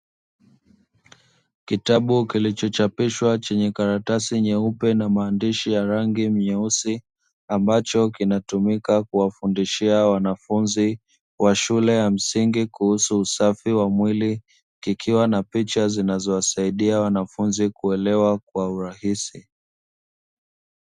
Kitabu kilichochapishwa chenye karatasi nyeupe na maandishi ya rangi nyeusi, ambacho kinatumika kuwafundishia wanafunzi wa shule ya msingi kuhusu usafi wa mwili, kikiwa na picha zinazowasaidia wanafunzi kuelewa kwa urahisi.